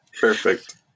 perfect